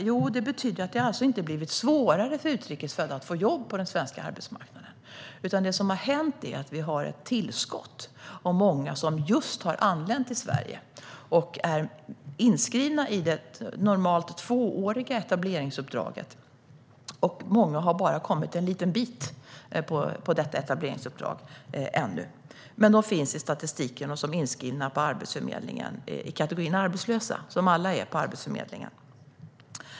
Jo, det betyder att det inte har blivit svårare för utrikes födda att få jobb på den svenska arbetsmarknaden. Det som har hänt är i stället att vi har fått ett stort tillskott av personer som just har anlänt till Sverige och som är inskrivna i det normalt tvååriga etableringsuppdraget. Många har ännu bara kommit en liten bit på vägen inom detta etableringsuppdrag, men de finns i statistiken som inskrivna på Arbetsförmedlingen i kategorin arbetslösa, som alla är på Arbetsförmedlingen.